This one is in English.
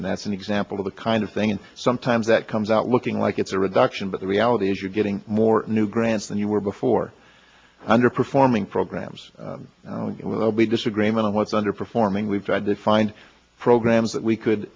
and that's an example of the kind of thing and sometimes that comes out looking like it's a reduction but the reality is you're getting more new grants than you were before underperforming programs will be disagreement on what's underperforming we've tried to find programs that we could